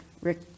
Rick